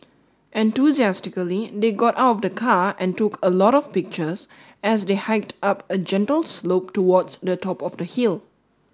enthusiastically they got out the car and took a lot of pictures as they hiked up a gentle slope towards the top of the hill